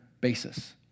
basis